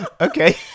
Okay